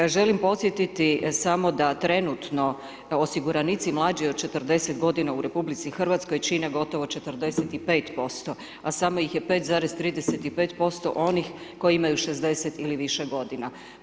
Ja želim podsjetiti samo da trenutno osiguranici mlađi od 40 godina u RH čine gotovo 45%, a samo ih je 5,35% onih koji imaju 60 ili više godina.